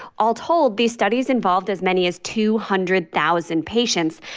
all told, these studies involved as many as two hundred thousand patients,